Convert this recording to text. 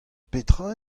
petra